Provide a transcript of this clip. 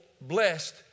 blessed